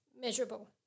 measurable